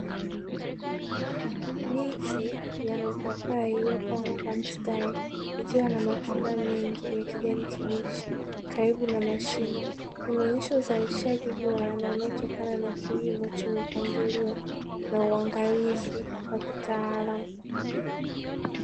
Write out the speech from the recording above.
Miti ya mipapai iliyopangwa katika mistari, ikiwa na matunda mengi ya kijani kibichi karibu na mashina. Inaonyesha uzalishaji bora wa kilimo unaotokana na kilimo chenye mpangilio na uangalizi wakitaalamu.